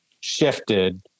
shifted